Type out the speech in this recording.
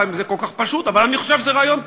בחמש הדקות שיש לי אני אסביר לך הכול,